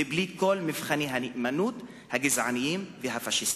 בלי כל מבחני הנאמנות הגזעניים והפאשיסטיים.